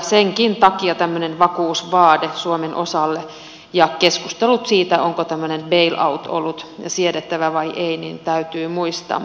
senkin takia tämmöinen vakuusvaade suomen osalle ja keskustelut siitä onko tämmöinen bail out ollut siedettävä vai ei täytyy muistaa